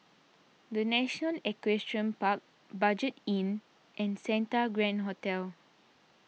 the National Equestrian Park Budget Inn and Santa Grand Hotel